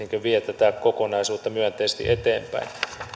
vie tätä kokonaisuutta myönteisesti eteenpäin